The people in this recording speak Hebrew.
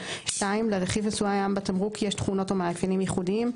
(2)לרכיב מסוים בתמרוק יש תכונות או מאפיינים ייחודיים,